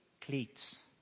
Cleats